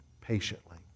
patiently